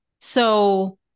So-